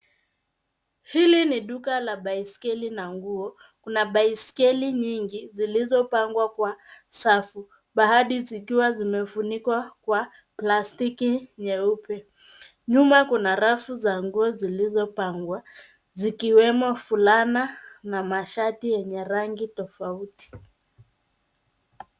Hili ni duka la baiskeli na nguo. Kuna baiskeli nyingi zilizo pangwa kwa safu. Baadhi zikiwa zimefunikwa kwa plastiki nyeupe. Nyuma kuna rafu za nguo zilizo pangwa zikiwemo fulana na mashati yenye rangi tofauti.